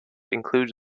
includes